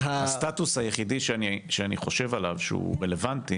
הסטטוס היחידי שאני חושב עליו שהוא רלוונטי